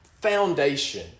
foundation